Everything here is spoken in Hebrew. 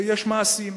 ויש מעשים.